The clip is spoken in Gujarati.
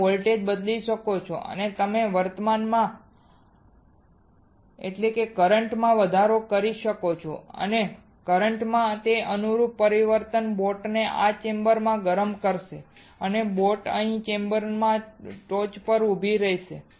તમે વોલ્ટેજ બદલી શકો છો અને તમે કરંટ માં વધારો જોશો અને કરંટ માં તે અનુરૂપ પરિવર્તન બોટને આ ચેમ્બરમાં ગરમ કરશે અને બોટ અહીં ચેમ્બરમાં ટોચ પર ઉભી રહેશે